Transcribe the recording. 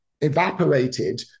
evaporated